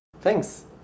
Thanks